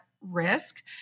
risk